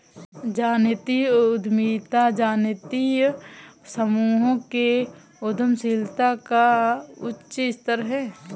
जातीय उद्यमिता जातीय समूहों के उद्यमशीलता का उच्च स्तर है